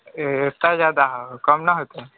इता जादा कम नहि हेतै